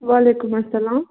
وعلیکُم اسلام